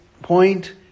point